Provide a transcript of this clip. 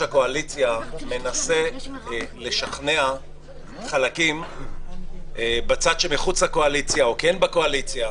הקואליציה מנסה לשכנע חלקים בצד שמחוץ לקואליציה או כן בקואליציה,